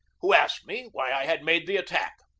who asked me why i had made the attack.